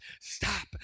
stop